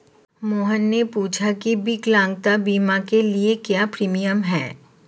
मोहन ने पूछा की विकलांगता बीमा के लिए क्या प्रीमियम है?